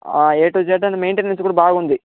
A to Z and maintenance కూడా బాగుంది